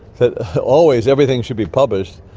that always everything should be published,